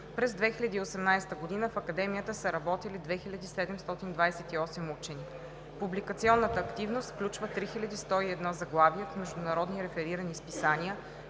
През 2018 г. в Академията са работили 2728 учени. Публикационната активност включва 3101 заглавия в международни реферирани списания,